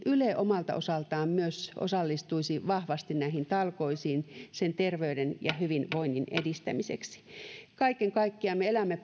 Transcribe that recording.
yle omalta osaltaan myös osallistuisi vahvasti näihin talkoisiin terveyden ja hyvinvoinnin edistämiseksi kaiken kaikkiaan me elämme